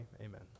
amen